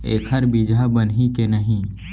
एखर बीजहा बनही के नहीं?